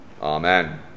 Amen